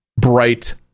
bright